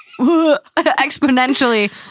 exponentially